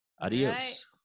Adios